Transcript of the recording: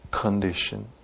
condition